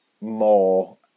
more